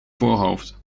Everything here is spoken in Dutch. voorhoofd